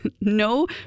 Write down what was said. no